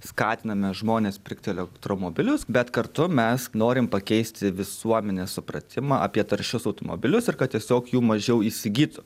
skatiname žmones pirkti elektromobilius bet kartu mes norim pakeisti visuomenės supratimą apie taršius automobilius ir kad tiesiog jų mažiau įsigytų